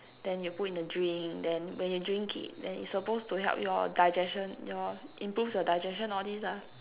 then you put in the drink then when you drink it then it's supposed to help your digestion your improves your digestion all this ah